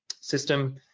system